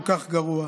כל כך גרוע.